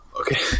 Okay